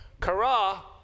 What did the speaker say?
Kara